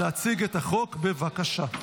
להציג את החוק, בבקשה.